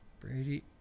Brady